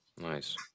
Nice